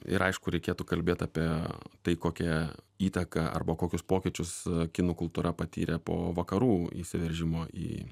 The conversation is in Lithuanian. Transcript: ir aišku reikėtų kalbėt apie tai kokią įtaką arba kokius pokyčius kinų kultūra patyrė po vakarų įsiveržimo į